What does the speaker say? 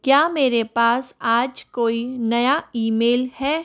क्या मेरे पास आज कोई नया ईमेल है